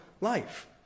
life